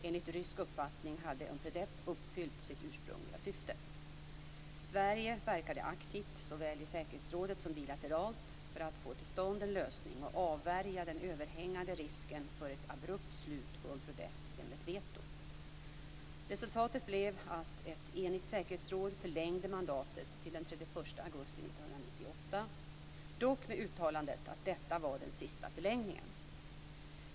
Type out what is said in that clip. Enligt rysk uppfattning hade Unpredep uppfyllt sitt ursprungliga syfte. Sverige verkade aktivt, såväl i säkerhetsrådet som bilateralt, för att få till stånd en lösning och avvärja den överhängande risken för ett abrupt slut på Unpredep genom ett veto. Resultatet blev att ett enigt säkerhetsråd förlängde mandatet till den 31 augusti 1998, dock med uttalandet att detta var den sista förlängningen.